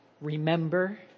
Remember